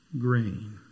grain